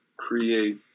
create